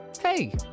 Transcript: Hey